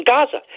Gaza